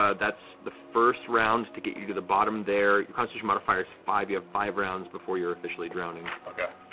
ah that's the first round to get you to the bottom there, your constitution modifier's five, you have five rounds before you're officially drowning. travis okay.